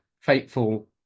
fateful